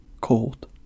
cold